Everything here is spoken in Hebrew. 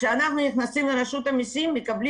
כשאנחנו נכנסים לרשות המסים אנחנו מקבלים